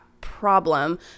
problem